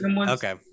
Okay